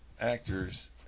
actors